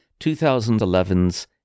2011's